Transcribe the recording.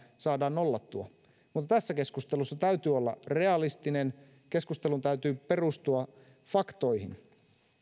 saadaan nollattua mutta tässä keskustelussa täytyy olla realistinen keskustelun täytyy perustua faktoihin